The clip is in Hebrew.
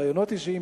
ראיונות אישיים,